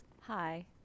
Hi